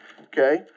okay